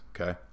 Okay